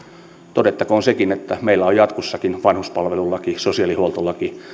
todettakoon sekin että meillä on jatkossakin vanhuspalvelulaki sosiaalihuoltolaki